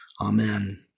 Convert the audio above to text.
Amen